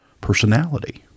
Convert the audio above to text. personality